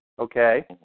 okay